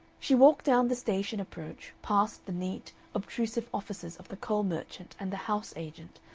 she walked down the station approach, past the neat, obtrusive offices of the coal merchant and the house agent,